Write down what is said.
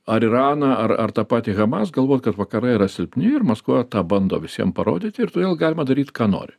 ar iraną ar ar tą patį hamas galvot kad vakarai yra silpni ir maskuoja tą bando visiem parodyti ir todėl galima daryt ką nori